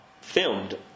filmed